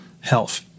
health